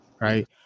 Right